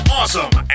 awesome